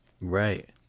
Right